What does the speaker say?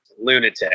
Lunatic